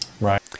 Right